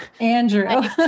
Andrew